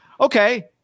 Okay